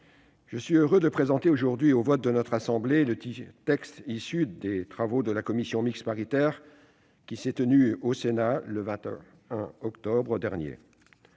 je suis heureux de présenter aujourd'hui au vote de notre assemblée le texte issu des travaux de la commission mixte paritaire qui s'est tenue au Sénat le 21 octobre dernier.